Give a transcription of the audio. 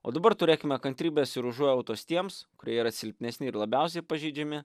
o dabar turėkime kantrybės ir užuojautos tiems kurie yra silpnesni ir labiausiai pažeidžiami